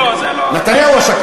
לא, לא, זה לא, נתניהו הוא השקרן.